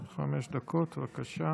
חמש דקות, בבקשה.